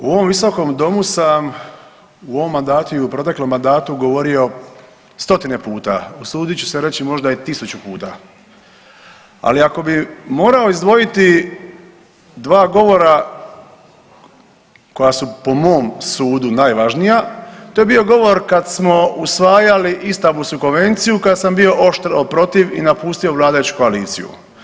U ovom visokom domu sam u ovom mandatu i u proteklom mandatu govorio stotine puta, usudit ću se reći možda i tisuću puta, ali ako bi morao izdvojiti dva govora koja su po mom sudu najvažnija to je bio govor kad smo usvajali Istanbulsku konvenciju kad sam bio oštro protiv i napustio vladajuću koaliciju.